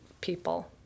people